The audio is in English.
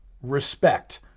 respect